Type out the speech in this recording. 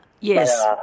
Yes